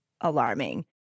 alarming